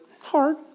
hard